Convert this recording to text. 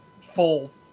full